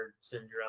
syndrome